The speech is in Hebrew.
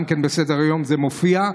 גם בסדר-היום זה מופיע,